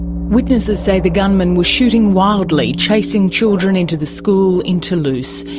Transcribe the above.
witnesses say the gunman was shooting wildly, chasing children into the school in toulouse.